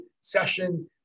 session